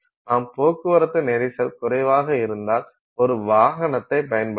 நாம் போக்குவரத்து நெரிசல் குறைவாக இருந்தால் ஒரு வாகனத்தைப் பயன்படுத்தலாம்